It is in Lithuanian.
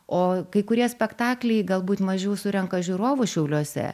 o kai kurie spektakliai galbūt mažiau surenka žiūrovų šiauliuose